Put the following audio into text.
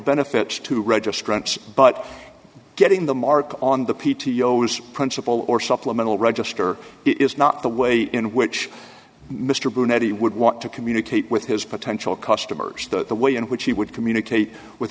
benefits to registrants but getting the mark on the p t o s principle or supplemental register is not the way in which mr brunetti would want to communicate with his potential customers that the way in which he would communicate with